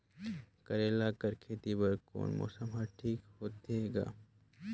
करेला कर खेती बर कोन मौसम हर ठीक होथे ग?